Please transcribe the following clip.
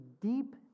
deep